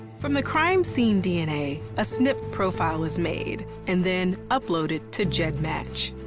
from the crime scene dna, a snp profile is made, and then uploaded to gedmatch.